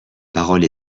parole